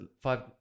five